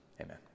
Amen